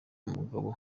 n’umugabo